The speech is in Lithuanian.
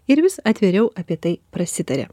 ir vis atviriau apie tai prasitaria